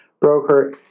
broker